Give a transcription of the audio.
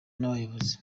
n’abayobozi